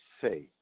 say